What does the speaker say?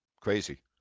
Crazy